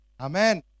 Amen